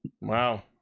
Wow